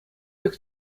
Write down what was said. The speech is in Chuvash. пек